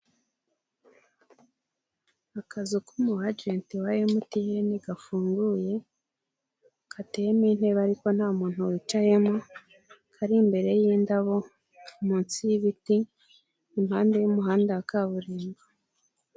Akazu k'umu ajenti wa MTN gafunguye gateyemo intebe ariko nta muntu wicayemo kari imbere y'indabo munsi y'ibiti impande y'umuhanda wa kaburimbo.